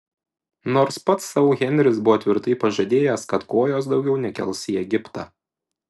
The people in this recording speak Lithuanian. nors pats sau henris buvo tvirtai pažadėjęs kad kojos daugiau nekels į egiptą